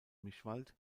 mischwald